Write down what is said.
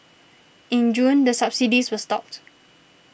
in June the subsidies were stopped